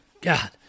God